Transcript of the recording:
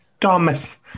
Thomas